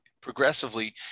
progressively